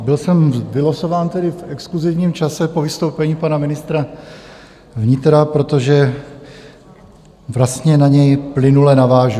Byl jsem vylosován tedy v exkluzivním čase po vystoupení pana ministra vnitra, vlastně na něj plynule navážu.